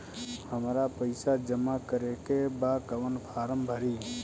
हमरा पइसा जमा करेके बा कवन फारम भरी?